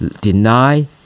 deny